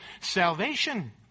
salvation